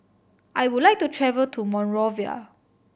I would like to travel to Monrovia